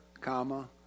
comma